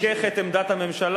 ולאט-לאט הוא ריכך את עמדת הממשלה,